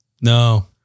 No